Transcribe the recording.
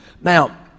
Now